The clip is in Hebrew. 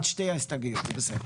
משכתי את שתי ההסתייגויות, זה בסדר.